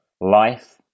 life